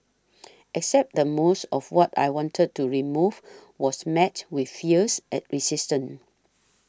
except that most of what I wanted to remove was met with fierce at resistance